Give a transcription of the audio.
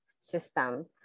system